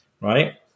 Right